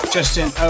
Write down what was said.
Justin